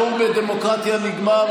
כמובן, השיעור בדמוקרטיה נגמר.